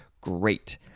great